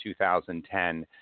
2010